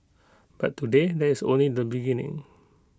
but today that's only the beginning